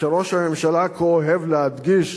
שראש הממשלה כה אוהב להדגיש